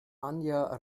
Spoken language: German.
anja